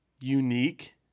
unique